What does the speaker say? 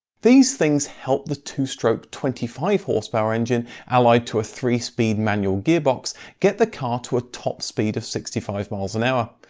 these things helped the two stroke twenty five hp engine allied to a three speed manual gearbox get the car to a top speed of sixty five mph.